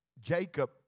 Jacob